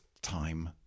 time